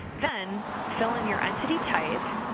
then, fill in your entity type,